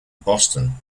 boston